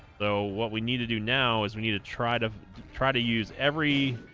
so what we need to do now is we need to try to try to use every